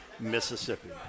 Mississippi